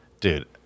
dude